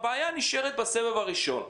הבעיה נותרת בסבב הראשון.